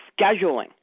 scheduling